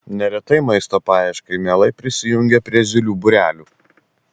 neretai maisto paieškai mielai prisijungia prie zylių būrelių